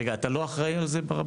רגע, אתה לא אחראי על זה ברבנות?